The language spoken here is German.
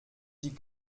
die